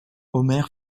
omer